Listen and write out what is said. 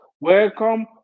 welcome